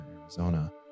Arizona